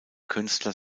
künstler